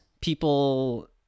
people